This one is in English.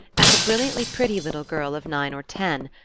as a brilliantly pretty little girl of nine or ten,